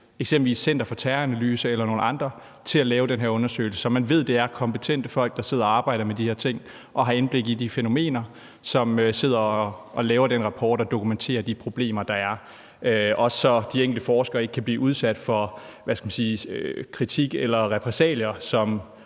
eksempelvis sætte Center for Terroranalyse eller nogle andre til at lave den her undersøgelse, så man ved, at det er kompetente folk, som har indblik i de fænomener, som sidder og arbejder med de her ting, og som laver den rapport og dokumenterer de problemer, der er, og så de enkelte forskere ikke kan blive udsat for kritik eller repressalier